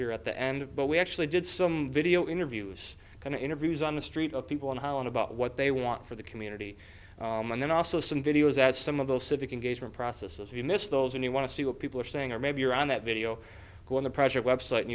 here at the end but we actually did some video interviews and interviews on the street of people on how about what they want for the community and then also some videos that some of those civic engagement processes you miss those and you want to see what people are saying or maybe you're on that video when the project website